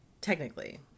technically